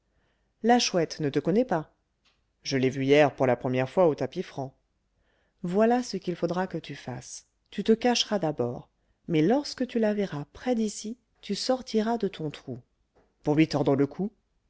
la chouette ne te connaît pas je l'ai vue hier pour la première fois au tapis franc voilà ce qu'il faudra que tu fasses tu te cacheras d'abord mais lorsque tu la verras près d'ici tu sortiras de ton trou pour lui tordre le cou